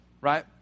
right